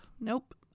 Nope